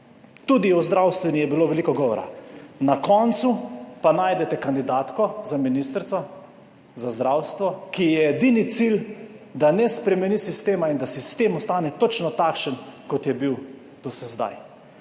tudi o zdravstveni je bilo veliko govora, na koncu pa najdete kandidatko za ministrico za zdravstvo, ki je edini cilj, da ne spremeni sistema in da sistem ostane točno takšen kot je bil do sedaj.